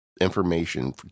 information